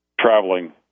traveling